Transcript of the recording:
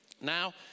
Now